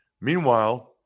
Meanwhile